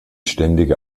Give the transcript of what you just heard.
ständige